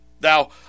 Now